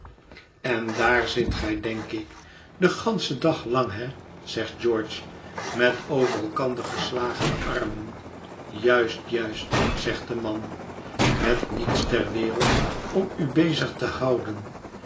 en daar zit gij denk ik den ganschen dag lang he zegt george met over elkander geslagene armen juist juist zegt de man met niets ter wereld om u bezig te houden